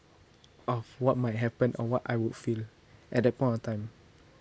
of what might happen or what I would feel at that point of time